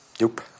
Nope